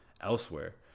elsewhere